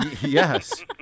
Yes